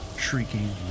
shrieking